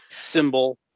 symbol